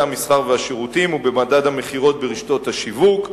המסחר והשירותים ובמדד המכירות ברשתות השיווק.